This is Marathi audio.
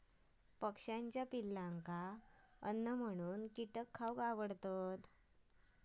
पक्ष्यांका त्याच्या पिलांका अन्न म्हणून कीटक खावक आवडतत